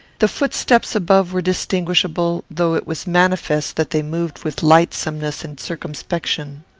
the footsteps above were distinguishable, though it was manifest that they moved with lightsomeness and circumspection.